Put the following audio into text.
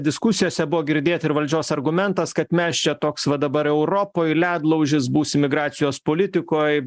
diskusijose buvo girdėti ir valdžios argumentas kad mes čia toks va dabar europoj ledlaužis būsi migracijos politikoj